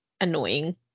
annoying